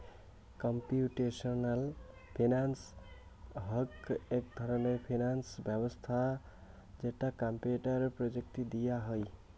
computational finance হউক এক ধরণের ফিনান্স ব্যবছস্থা যেটা কম্পিউটার প্রযুক্তি দিয়া হুই